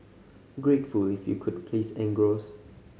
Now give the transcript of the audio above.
gratefully if you could please engross